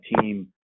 team